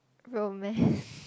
romance